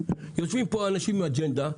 יושבים פה אנשים עם אג'נדה,